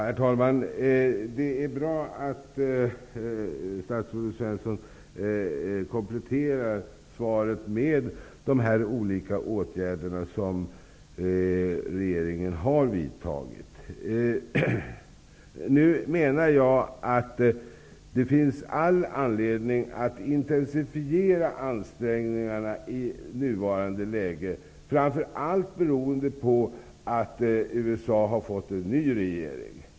Herr talman! Det är bra att statsrådet Alf Svensson kompletterar svaret med att redogöra för de olika åtgärder som regeringen har vidtagit. I nuvarande läge menar jag att det finns all anledning att intensifiera ansträngningarna, framför allt beroende på att USA har fått en ny regering.